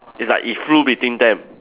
it's like it flew between them